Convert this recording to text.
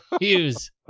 use